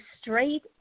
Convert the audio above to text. straight